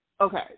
okay